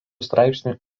straipsnių